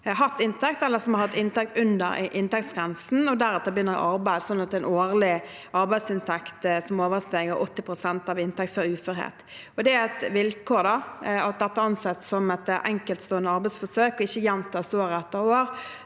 som har hatt inntekt under inntektsgrensen, og deretter begynner i arbeid, sånn at det er en årlig arbeidsinntekt som overstiger 80 pst. av inntekt før uførhet. Det er et vilkår at det er ansett som et enkeltstående arbeidsforsøk og ikke gjentas år etter år,